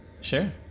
Sure